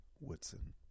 Woodson